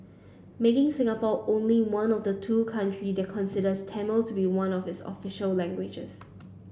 making Singapore only one of the two country that considers Tamil to be one of this official languages